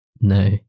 No